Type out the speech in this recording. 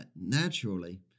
naturally